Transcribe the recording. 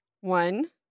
One